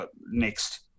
next